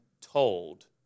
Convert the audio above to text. told